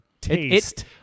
Taste